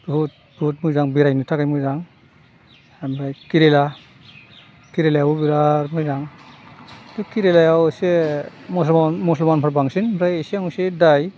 बहुद बहुद मोजां बेरायनो थाखाय मोजां ओमफ्राय केरेला केरेलायावबो बिराद मोजां बे केरेलायाव इसे मुसलमानफोर बांसिन ओमफ्राय इसे इसेयावनो दाय